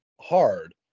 hard